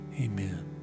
Amen